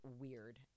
weird